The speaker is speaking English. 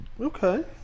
Okay